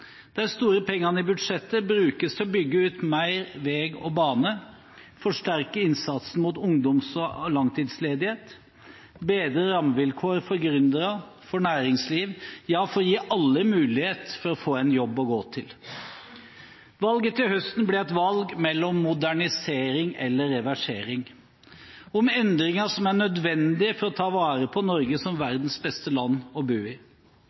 De store pengene i budsjettet brukes til å bygge ut mer vei og bane, forsterke innsatsen mot ungdoms- og langtidsledighet, bedre rammevilkår for gründere, for næringsliv – gi alle mulighet til å få en jobb å gå til. Valget til høsten blir et valg mellom modernisering og reversering, om endringer som er nødvendige for å ta vare på Norge som verdens beste land å bo i.